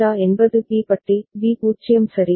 JA என்பது B பட்டி B 0 சரி